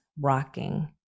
rocking